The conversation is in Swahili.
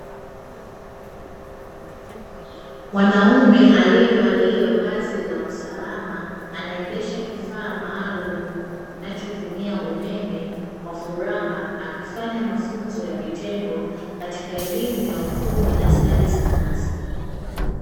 Mwanaume aliye valia vazi la usalama, anaendesha kifaa maalum kinachotumia umeme kwa furaha akifanya mafunzo kwa vitendo katika elimu ya ufundi na stadi za kazi.